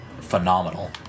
phenomenal